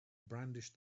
brandished